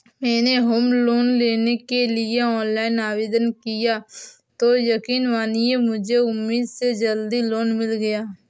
मैंने home loan लेने के लिए ऑनलाइन आवेदन किया तो यकीन मानिए मुझे उम्मीद से जल्दी लोन मिल गया